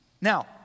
Now